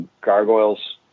Gargoyles